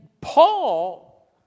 Paul